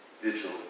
vigil